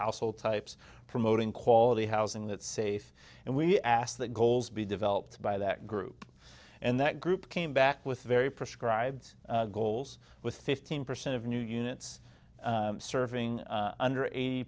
household types promoting quality housing that safe and we asked that goals be developed by that group and that group came back with very prescribed goals with fifteen percent of new units serving under eighty